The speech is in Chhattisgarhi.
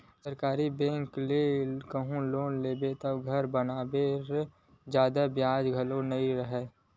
सरकारी बेंक ले कहूँ लोन लेबे घर बनाए बर त जादा बियाज घलो नइ राहय